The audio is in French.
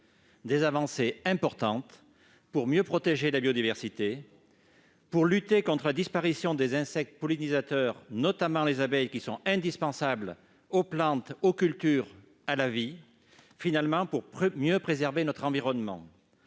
des avancées importantes pour mieux protéger la biodiversité et pour lutter contre la disparition des insectes pollinisateurs, notamment les abeilles, qui sont indispensables aux plantes, aux cultures et à la vie et qui permettent une meilleure préservation de notre environnement.